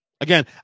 Again